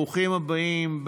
ברוכים הבאים.